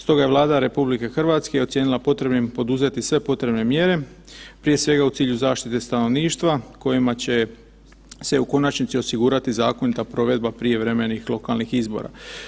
Stoga je Vlada RH ocijenila potrebnim poduzeti sve potrebne mjere, prije svega u cilju zaštite stanovništva kojima će se u konačnici osigurati zakonita provedba prijevremenih lokalnih izbora.